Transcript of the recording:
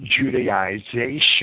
Judaization